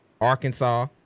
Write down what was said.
Arkansas